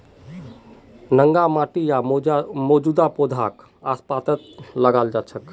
नंगा माटी या मौजूदा पौधाक आसपास लगाल जा छेक